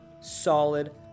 solid